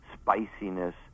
spiciness